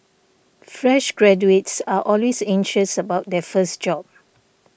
fresh graduates are always anxious about their first job